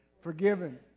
forgiven